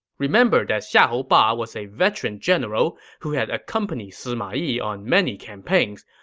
remember that xiahou ba was a veteran general who had accompanied sima yi on many campaigns,